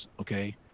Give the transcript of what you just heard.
okay